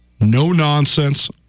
no-nonsense